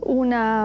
una